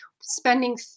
spending